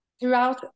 throughout